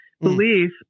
belief